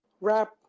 wrap